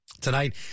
Tonight